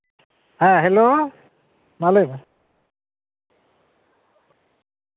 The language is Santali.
ᱦᱮᱸ ᱦᱮᱞᱳ ᱢᱟ ᱞᱟᱹᱭ ᱢᱮ